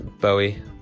Bowie